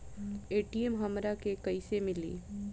ATM हमरा के कइसे मिली?